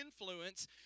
influence